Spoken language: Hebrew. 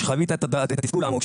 שחווית את התסכול העמוק.